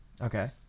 Okay